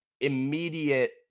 immediate